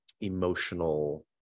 emotional